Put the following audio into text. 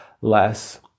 less